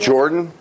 Jordan